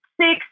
six